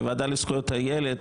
לוועדה לזכויות הילד?